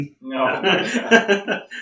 no